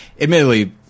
admittedly